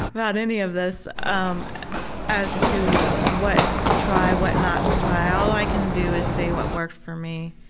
about any of this. um as to what to try, what not to try, all i can do is say what worked for me.